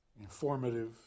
informative